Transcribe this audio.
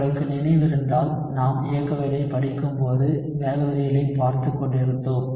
உங்களுக்கு நினைவிருந்தால் நாம் இயக்கவியலைப் படிக்கும்போது வேக விதிகளைப் பார்த்துக் கொண்டிருந்தோம்